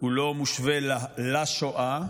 לא מושווה לשואה,